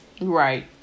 Right